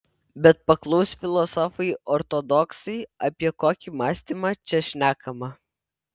bet paklaus filosofai ortodoksai apie kokį mąstymą čia šnekama